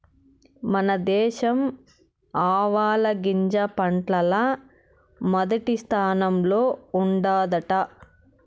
మన దేశం ఆవాలగింజ పంటల్ల మొదటి స్థానంలో ఉండాదట